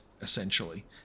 essentially